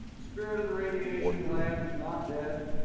the spirit of the radiation lab is not dead.